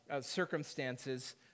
circumstances